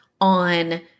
on